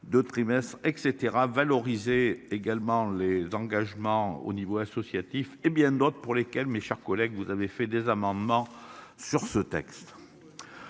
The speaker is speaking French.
de trimestres etc valoriser également les engagements au niveau associatif et bien d'autres pour lesquels, mes chers collègues, vous avez fait des amendements sur ce texte.